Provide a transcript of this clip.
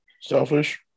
Selfish